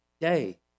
day